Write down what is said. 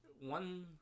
one